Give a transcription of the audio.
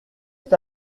est